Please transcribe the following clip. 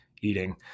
eating